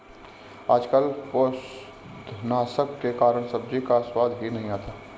आजकल पौधनाशक के कारण सब्जी का स्वाद ही नहीं आता है